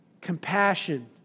Compassion